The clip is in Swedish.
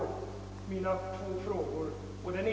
Mina två frågor står kvar.